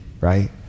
right